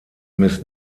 miss